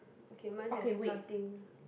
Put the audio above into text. okay mine has nothing